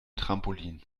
trampolin